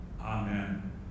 Amen